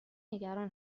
نگران